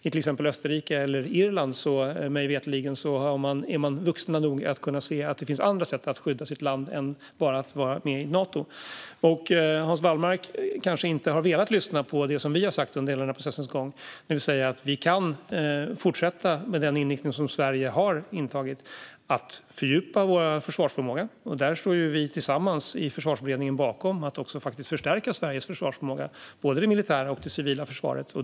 I till exempel Österrike och Irland är de, mig veterligen, vuxna nog att se att det finns andra sätt att skydda sitt land på än att bara vara med i Nato. Hans Wallmark har kanske inte velat lyssna på det som vi har sagt under hela processens gång, men vi säger att det går att fortsätta med den inriktning som Sverige har intagit. Det handlar om att fördjupa Sveriges försvarsförmåga. Där står vi tillsammans i Försvarsberedningen för att förstärka Sveriges försvarsförmåga. Det gäller både det militära och det civila försvaret.